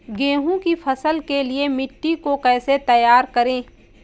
गेहूँ की फसल के लिए मिट्टी को कैसे तैयार करें?